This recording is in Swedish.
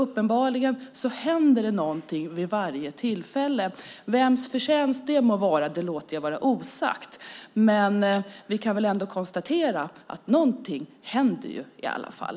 Uppenbarligen händer det någonting vid varje tillfälle. Vems förtjänst det må vara låter jag vara osagt, men vi kan ändå konstatera att någonting händer i alla fall.